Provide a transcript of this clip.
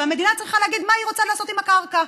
והמדינה צריכה להגיד מה היא רוצה לעשות עם הקרקע.